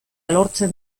lortzen